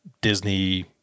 Disney